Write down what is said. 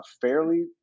fairly